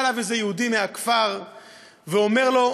בא אליו איזה יהודי מהכפר ואומר לו: